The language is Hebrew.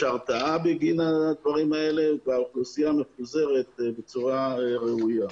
הרתעה בגין הדברים האלה והאוכלוסייה מפוזרת בצורה ראויה.